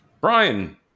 Brian